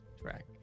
track